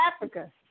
Africa